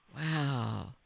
Wow